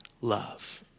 love